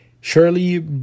surely